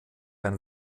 ein